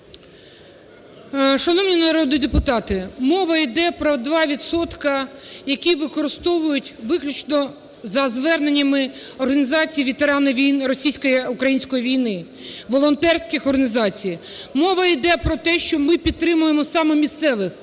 Шановні народні депутати! Мова йде про два відсотки, які використовують виключно за зверненнями організації російсько-української війни, волонтерських організацій. Мова йде про те, що ми підтримуємо саме місцевих,